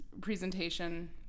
presentation